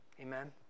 Amen